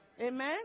amen